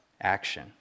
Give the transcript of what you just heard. action